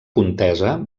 contesa